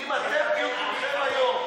אם אתם תהיו כולכם היום,